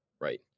Right